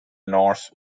norse